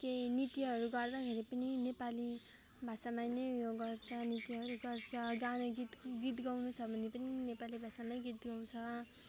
केही नृत्यहरू गर्दाखेरि पनि नेपाली भाषामा नै यो गर्छ नृत्यहरू गर्छ गाना गीत गीत गाउनु छ भने पनि नेपाली भाषामै गीत गाउँछ